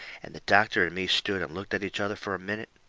and the doctor and me stood and looked at each other fur a minute.